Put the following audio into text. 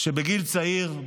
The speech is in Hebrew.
ובגיל צעיר,